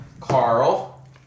Carl